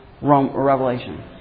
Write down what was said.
Revelation